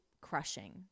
crushing